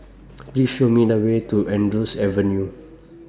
Please Show Me The Way to Andrews Avenue